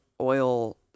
oil